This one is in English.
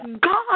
God